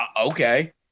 okay